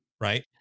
right